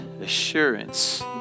assurance